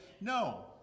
No